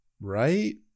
Right